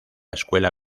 escuela